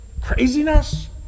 craziness